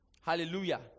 Hallelujah